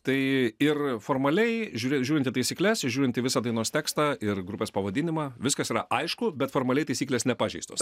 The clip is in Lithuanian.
tai ir formaliai žiūrė žiūrint į taisykles ir žiūrint į visą dainos tekstą ir grupės pavadinimą viskas yra aišku bet formaliai taisyklės nepažeistos